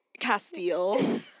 Castile